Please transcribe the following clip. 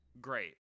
great